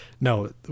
no